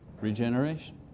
Regeneration